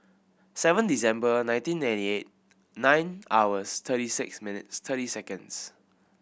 seven December nineteen eighty eight nine hours thirty six minutes thirty seconds